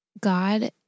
God